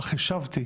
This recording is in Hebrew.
אך השבתי